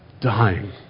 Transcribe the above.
Dying